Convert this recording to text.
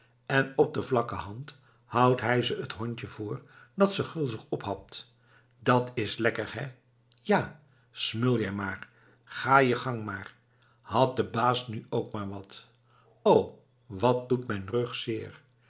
en op de vlakke hand houdt hij ze het hondje voor dat ze gulzig ophapt dat is lekker hé ja smul jij maar ga je gang maar had de baas nu ook maar wat o wat doet mijn rug zeer